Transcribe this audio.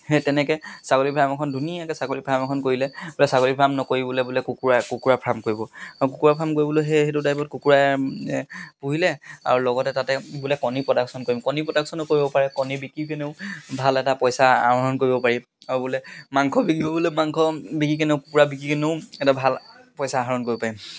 সেই তেনেকৈ ছাগলী ফাৰ্ম এখন ধুনীয়াকৈ ছাগলী ফাৰ্ম এখন কৰিলে বোলে ছাগলী ফাৰ্ম নকৰি বোলে বোলে কুকুৰা কুকুৰা ফাৰ্ম কৰিব আৰু কুকুৰা ফাৰ্ম কৰিবলৈও সেই সেইটো টাইপত কুকুৰা পুহিলে আৰু লগতে তাতে বোলে কণী প্ৰডাকশ্যন কৰিম কণী প্ৰডাকশ্যনো কৰিব পাৰে কণী বিক্ৰী কিনেও ভাল এটা পইচা আহৰণ কৰিব পাৰিম আৰু বোলে মাংস বিকিবলে মাংস বিকি কেনেও কুকুৰা বিকি কেনেও এটা ভাল পইচা আহৰণ কৰিব পাৰিম